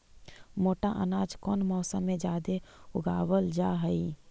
मोटा अनाज कौन मौसम में जादे उगावल जा हई?